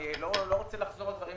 אני לא רוצה לחזור על דברים